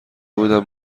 بودم